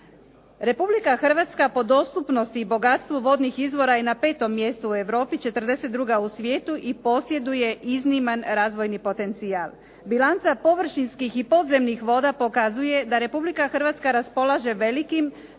Republika Hrvatska po dostupnosti i bogatstvu vodnih izvora je na 5. mjestu u Europi, 42. u svijetu, i posjeduje izniman razvojni potencijal. Bilanca površinskih i podzemnih voda pokazuje da Republika Hrvatska raspolaže velikim,